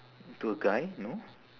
to a guy no